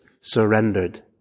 surrendered